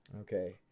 Okay